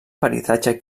peritatge